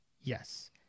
yes